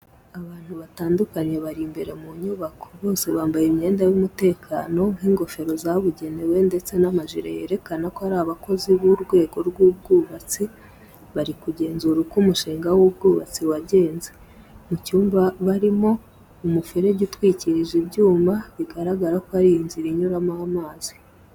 Abantu batandukanye bari imbere mu nyubako. Bose bambaye imyenda y'umutekano nk’ingofero zabugenewe ndetse n’amajire yerekana ko ari abakozi b’urwego rw’ubwubatsi bari kugenzura uko umushinga w'ubwubatsi wagenze. Mu cyumba barimo umuferege utwikirije ibyuma bigaragara ko ari inzira inyuramo amazi.